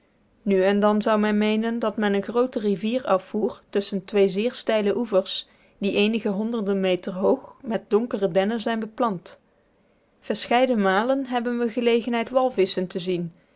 nu en dan zou men meenen dat men een groote rivier afvoer tusschen twee zeer steile oevers die eenige honderden meters hoog met donkere dennen zijn beplant verscheiden malen hebben we gelegenheid walvisschen te zien